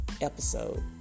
episode